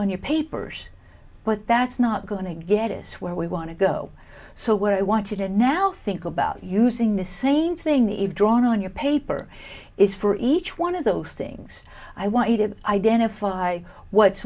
on your papers but that's not going to get us where we want to go so what i wanted and now think about using the same thing need drawn on your paper is for each one of those things i want you to identify what's